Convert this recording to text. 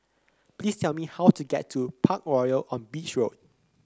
please tell me how to get to Parkroyal on Beach Road